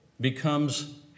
becomes